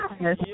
Yes